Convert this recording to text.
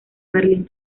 merlín